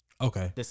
Okay